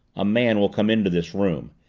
a man will come into this room,